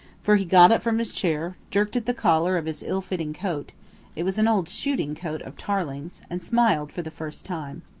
for he got up from his chair, jerked at the collar of his ill-fitting coat it was an old shooting-coat of tarling's and smiled for the first time.